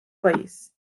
país